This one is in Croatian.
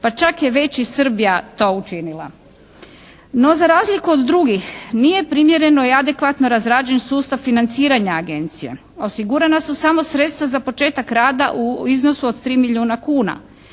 pa čak je već i Srbija to učinila. No za razliku od drugih nije primjereno i adekvatno razrađen sustav financiranja agencija. Osigurana su samo sredstva za početak rada u iznosu od 3 milijuna kuna.